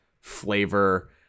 flavor